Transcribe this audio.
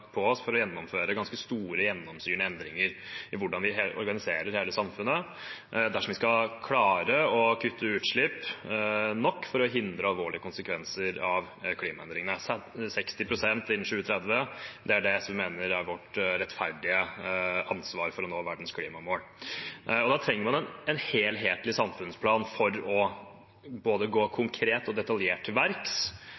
oss til å gjennomføre ganske store, gjennomgripende endringer i hvordan vi organiserer hele samfunnet dersom vi skal klare å kutte nok utslipp for å hindre alvorlige konsekvenser av klimaendringene. SV mener at 60 pst. innen 2030 er vårt rettferdige ansvar for å nå verdens klimamål, og da trenger man en helhetlig samfunnsplan for å gå både